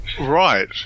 Right